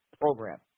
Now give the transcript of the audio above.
program